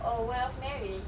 oh world of married